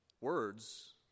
words